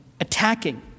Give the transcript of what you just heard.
attacking